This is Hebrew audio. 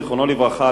זיכרונו לברכה,